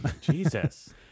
Jesus